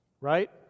Right